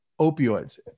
opioids